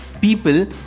People